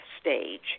stage